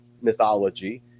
mythology